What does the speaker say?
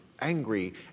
angry